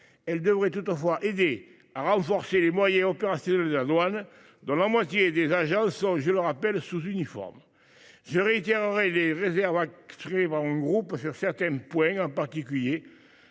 Elle devrait toutefois aider à renforcer les moyens opérationnels de la douane, dont la moitié des agents sont, je le rappelle, sous uniforme. Je réitérerai les réserves exprimées par mon groupe sur certains points, en particulier